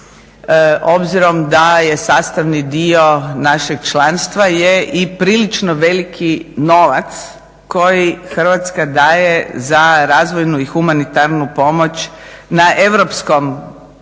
obzirom da je sastavni dio našeg članstva je i prilično veliki novac koji Hrvatska daje za razvojnu i humanitarnu pomoć na europskom nivou,